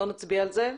לא נצביע על זה,